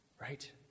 right